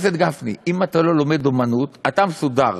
אם אתה לא לומד אומנות, אתה מסודר,